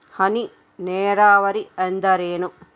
ಹನಿ ನೇರಾವರಿ ಎಂದರೇನು?